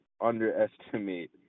underestimate